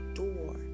door